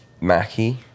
Mackie